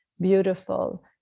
beautiful